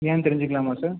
ஏன்னு தெரிஞ்சுக்கலாமா சார்